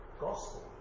gospel